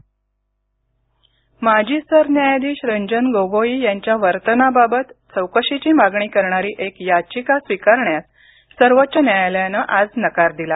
चौकशी मागणी माजी सरन्यायाधीश रंजन गोगोई यांच्या वर्तनाबाबत चौकशीची मागणी करणारी एक याचिका स्विकारण्यास सर्वोच्च न्यायालयानं आज नकार दिला